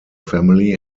family